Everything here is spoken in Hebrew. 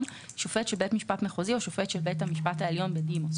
שופט של בית משפט מחוזי או שופט של בית המשפט העליון בדימוס.